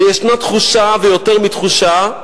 ויש תחושה, ויותר מתחושה,